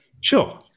Sure